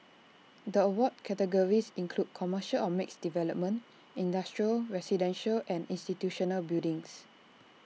the award categories include commercial or mixed development industrial residential and institutional buildings